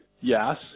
yes